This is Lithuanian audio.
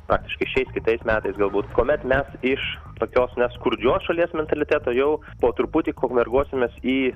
praktiškai šiais kitais metais galbūt kuomet mes iš tokios skurdžios šalies mentaliteto jau po truputį konverguosimės į